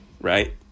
right